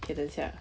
eh 等下